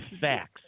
facts